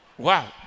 Wow